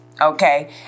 okay